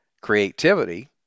creativity